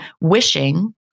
Wishing